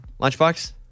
Lunchbox